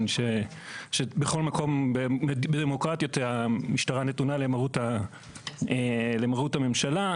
שבכל הדמוקרטיות המשטרה נתונה למרות הממשלה,